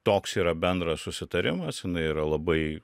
toks yra bendras susitarimas jinai yra labai